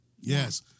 Yes